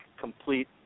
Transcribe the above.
complete